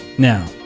now